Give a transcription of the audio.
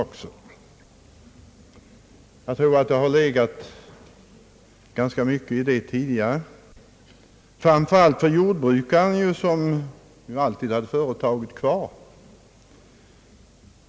Det har tidigare legat ganska mycket i ett sådant resonemang, framför allt för jordbrukaren som alltid hade företaget kvar.